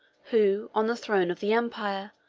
who, on the throne of the empire,